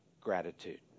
gratitude